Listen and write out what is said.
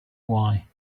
why